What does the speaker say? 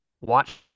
watch